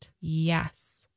Yes